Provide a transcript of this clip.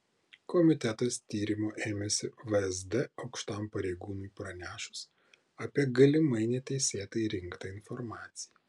komitetas tyrimo ėmėsi vsd aukštam pareigūnui pranešus apie galimai neteisėtai rinktą informaciją